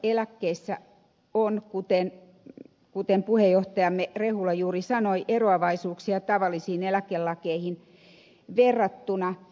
sotilaseläkkeissä on kuten puheenjohtajamme rehula juuri sanoi eroa vaisuuksia tavallisiin eläkelakeihin verrattuna